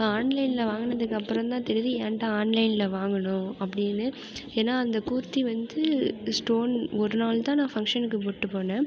ஆன்லைனில் வாங்கினதுக்கப்புறம் தான் தெரியுது ஏன்டா ஆன்லைனில் வாங்கினோம் அப்படின்னு ஏன்னா அந்த கூர்த்தி வந்து ஸ்டோன் ஒரு நாள் தான் நான் ஃபங்க்ஷனுக்கு போட்டு போனேன்